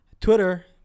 Twitter